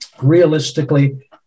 realistically